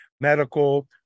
medical